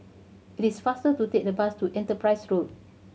it is faster to take the bus to Enterprise Road